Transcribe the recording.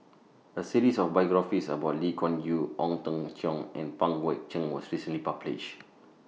A series of biographies about Lee Kuan Yew Ong Teng Cheong and Pang Guek Cheng was recently published